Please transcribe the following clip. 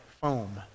foam